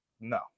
no